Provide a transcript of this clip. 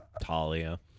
Talia